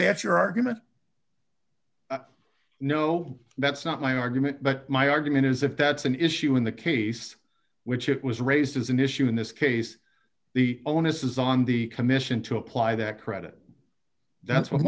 that's your argument no that's not my argument but my argument is if that's an issue in the case which it was raised as an issue in this case the onus is on the commission to apply that credit that's what